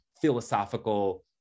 philosophical